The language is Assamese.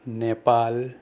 নেপাল